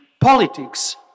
politics